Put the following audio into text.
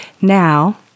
now